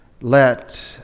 Let